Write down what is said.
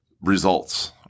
results